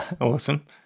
awesome